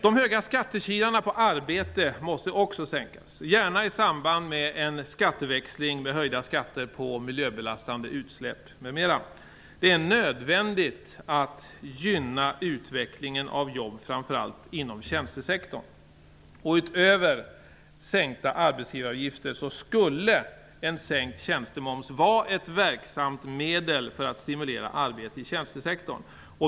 De höga skattekilarna på arbete måste också sänkas, gärna i samband med en skatteväxling med höjda skatter på miljöbelastande utsläpp m.m. Det är nödvändigt för att gynna utvecklingen av jobb inom framför allt tjänstesektorn. Utöver sänkta arbetsgivaravgifter skulle en sänkt tjänstemoms vara ett verksamt medel för att stimulera arbete i tjänstesektorn.